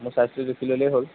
চাইজটো জুখি ল'লেই হ'ল